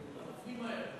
הכי מהר,